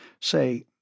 Say